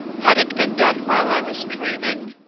had it been done while i was dreaming?